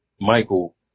Michael